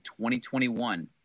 2021